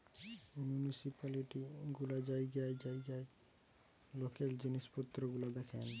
municipality গুলা জায়গায় জায়গায় লোকাল জিনিস পত্র গুলা দেখেন